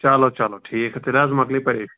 چَلو چَلو ٹھیٖک چھُ تیٚلہِ حظ مۅکلیے پَریشٲنی تُل ٹھیٖک چھُ